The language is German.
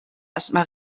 erstmal